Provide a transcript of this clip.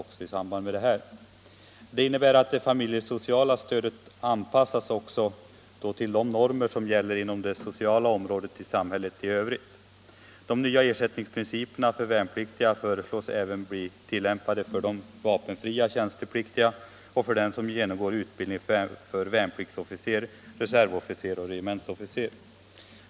Det innebär också att det familjesociala stödet anpassas till de normer som gäller inom det sociala området i samhället i övrigt. De nya ersättningsprinciperna för värnpliktiga föreslås även bli tilllämpade för de vapenfria tjänstepliktiga och för dem som genomgår utbildning för värnpliktsofficer, reservofficer och regementsofficer.